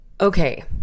okay